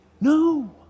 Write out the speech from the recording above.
No